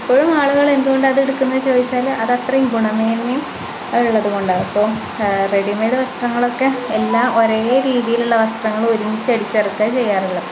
ഇപ്പോഴും ആളുകൾ എന്തുകൊണ്ട് അത് എടുക്കുന്ന എന്നുചോദിച്ചാൽ അത് അത്രയും ഗുണമേന്മയും ഉള്ളതുകൊണ്ടാണ് അപ്പോൾ റെഡി മേഡ് വസ്ത്രങ്ങളൊക്കെ എല്ലാം ഒരേ രീതിയിൽ ഉള്ള വസ്ത്രങ്ങൾ ഒരുമിച്ച് അടിച്ചിറക്കാ ചെയ്യാറുള്ളത്